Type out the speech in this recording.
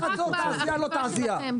רק באכיפה שלכם,